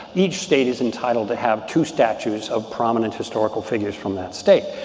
each state is entitled to have two statues of prominent historical figures from that state.